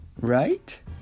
Right